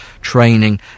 training